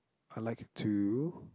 I like to